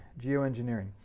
geoengineering